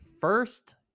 first